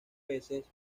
peces